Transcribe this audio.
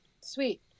Sweet